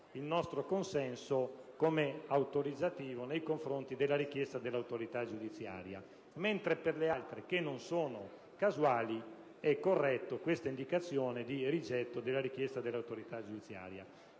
il nostro consenso autorizzativo nei confronti della richiesta dell'autorità giudiziaria. Invece, per le intercettazioni che non sono casuali, è corretta l'indicazione di rigetto della richiesta dell'autorità giudiziaria.